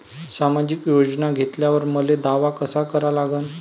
सामाजिक योजना घेतल्यावर मले दावा कसा करा लागन?